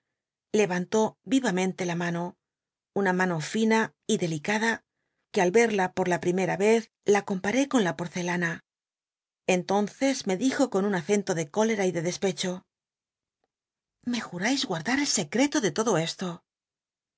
levantó rhamente la mano una mano fina y delicada que al reda por la primera rez la comparé con la porcelana entonces me dijo con un acento de cólera y de despecho me jurais guardar el secreto de todo esto